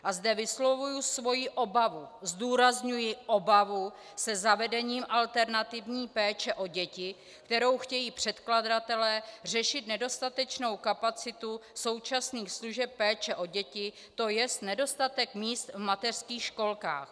A zde vyslovuji svoji obavu zdůrazňuji obavu se zavedením alternativní péče o děti, kterou chtějí předkladatelé řešit nedostatečnou kapacitu současných služeb péče o děti, to je nedostatek míst v mateřských školkách.